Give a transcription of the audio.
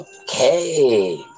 Okay